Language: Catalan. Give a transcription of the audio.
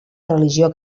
religió